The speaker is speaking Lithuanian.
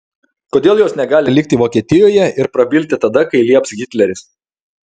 kodėl jos negali likti vokietijoje ir prabilti tada kai lieps hitleris